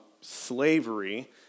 Slavery